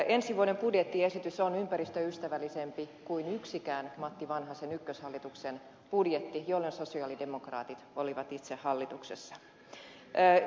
ensi vuoden budjettiesitys on ympäristöystävällisempi kuin yksikään matti vanhasen ykköshallituksen budjetti jolloin sosialidemokraatit olivat itse hallituksessa